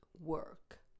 Work